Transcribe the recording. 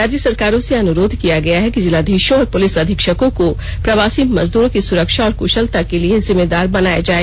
राज्य सरकारों से अनुरोध किया गया है कि जिलाधीशों और पुलिस अधीक्षकों को प्रवासी मजदूरों की सुरक्षा और कुशलता के लिए जिम्मेदार बनाया जाए